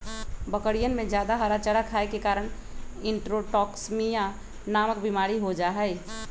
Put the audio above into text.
बकरियन में जादा हरा चारा खाये के कारण इंट्रोटॉक्सिमिया नामक बिमारी हो जाहई